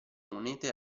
monete